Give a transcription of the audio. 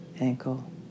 ankle